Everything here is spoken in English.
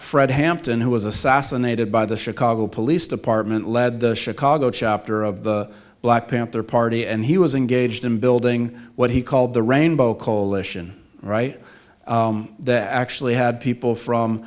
fred hampton who was assassinated by the chicago police department led the chicago chapter of the black panther party and he was engaged in building what he called the rainbow coalition right that actually had people